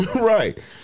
right